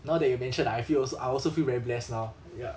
now that you mentioned I feel also I also feel very blessed now ya